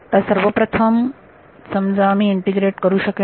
तर सर्वप्रथम मी समजा येथे इंटिग्रेट करू शकेन